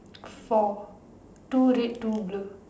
four two red two blue